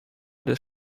des